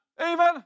Amen